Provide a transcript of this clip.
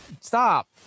Stop